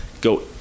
go